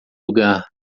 lugar